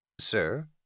Sir